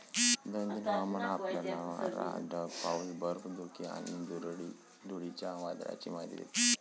दैनंदिन हवामान आपल्याला वारा, ढग, पाऊस, बर्फ, धुके आणि धुळीच्या वादळाची माहिती देते